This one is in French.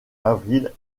avril